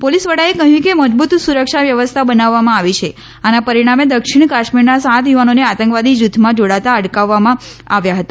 police વડાએ કહ્યું કે મજબૂત સુરક્ષા વ્યવસ્થા બનાવવામાં આવી છે આના પરિણામે દક્ષિણ કાશ્મીરના સાત યુવાનોને આતંકવાદી જૂથમાં જોડાતા અટકાવવામાં આવ્યા હતા